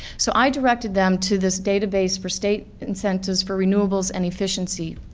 so i directed them to this database for state incentives for renewables and efficiency